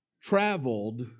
traveled